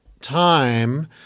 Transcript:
time